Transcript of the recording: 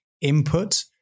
input